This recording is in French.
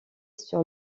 sur